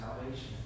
salvation